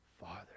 Father